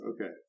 Okay